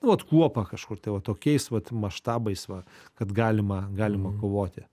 nu vat kuopa kažkur tai va tokiais vat maštabais va kad galima galima kovoti